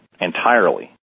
entirely